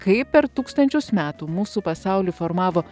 kaip per tūkstančius metų mūsų pasaulį formavo